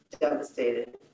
devastated